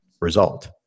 result